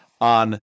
on